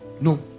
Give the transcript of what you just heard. No